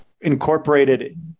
incorporated